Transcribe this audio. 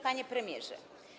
Panie Premierze!